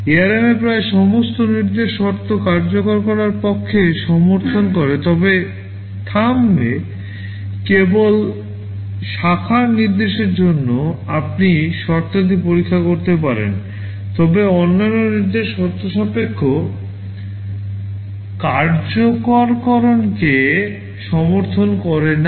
ARM এ প্রায় সমস্ত নির্দেশ শর্ত কার্যকর করার পক্ষে সমর্থন করে তবে থাম্বতে কেবল শাখার নির্দেশের জন্য আপনি শর্তাদি পরীক্ষা করতে পারেন তবে অন্যান্য নির্দেশ শর্তসাপেক্ষ কার্যকরকরণকে সমর্থন করে না